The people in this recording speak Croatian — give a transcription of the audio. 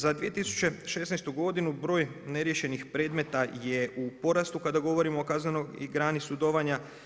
Za 2016. godinu broj neriješenih predmeta je u porastu kada govorimo o kaznenoj grani sudovanja.